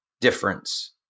difference